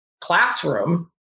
classroom